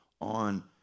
on